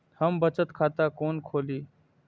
हम बचत खाता कोन खोली?